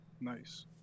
nice